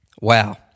Wow